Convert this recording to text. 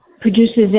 produces